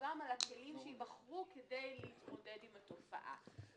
ועוד פעם ממשיכים במעש.